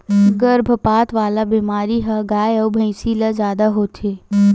गरभपात वाला बेमारी ह गाय अउ भइसी ल जादा होथे